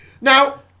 Now